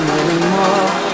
anymore